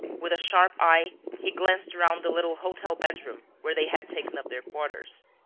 with a sharp eye, he glanced round the little hotel bedroom where they had taken up their quarters.